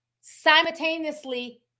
simultaneously